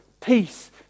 peace